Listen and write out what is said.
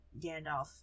Gandalf